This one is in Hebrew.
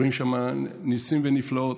רואים שם ניסים ונפלאות.